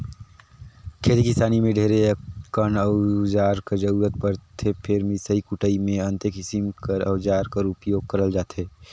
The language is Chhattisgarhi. खेती किसानी मे ढेरे अकन अउजार कर जरूरत परथे फेर मिसई कुटई मे अन्ते किसिम कर अउजार कर उपियोग करल जाथे